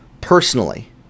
personally